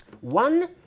One